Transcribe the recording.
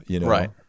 Right